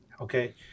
okay